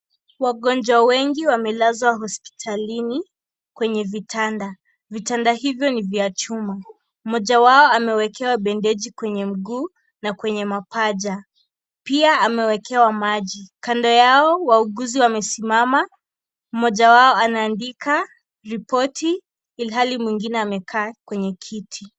Wagonjwa wengi wamelazwa hospitalini kwenye vitanda, vitanda hivyo ni vya chuma, mmoja wao amewekewa bendeji kwenye mguu na kwenye mapaja, pia amewekewa maji, kando yao wauguzi wamesimama, mmoja wao anaandika ripoti ilhali mwingine amekaa kwenye kiti.